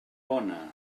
fona